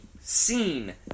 scene